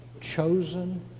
chosen